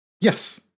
Yes